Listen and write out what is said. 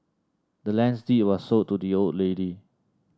the land's deed was sold to the old lady